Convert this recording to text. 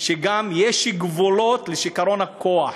שיש גבולות גם לשיכרון הכוח.